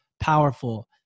powerful